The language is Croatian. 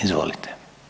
Izvolite.